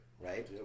right